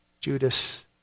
Judas